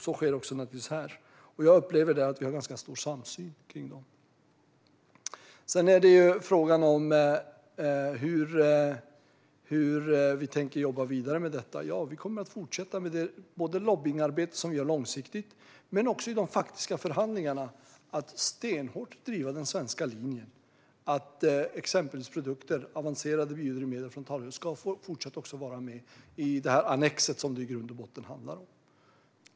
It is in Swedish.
Så sker naturligtvis också här, och jag upplever att vi har en ganska stor samsyn. Sedan är frågan hur vi tänker jobba vidare med detta. Vi kommer, både i det lobbyingarbete vi gör långsiktigt och i de faktiska förhandlingarna, att fortsätta att stenhårt driva den svenska linjen att produkter som exempelvis avancerade biodrivmedel från tallolja fortsatt ska få vara med i det annex som det i grund och botten handlar om.